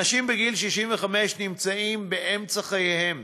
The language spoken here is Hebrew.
אנשים בגיל 65 נמצאים באמצע חייהם,